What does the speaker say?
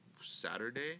saturday